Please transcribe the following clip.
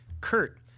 Kurt